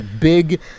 big